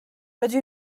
rydw